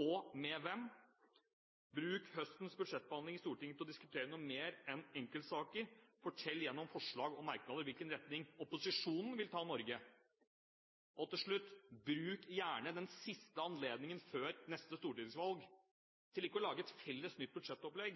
og med hvem! Bruk høstens budsjettbehandling i Stortinget til å diskutere noe mer enn enkeltsaker! Fortell gjennom forslag og merknader hvilken retning opposisjonen vil ta Norge! Og til slutt: Bruk gjerne den siste anledningen før neste stortingsvalg til ikke å lage et felles nytt budsjettopplegg,